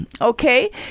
okay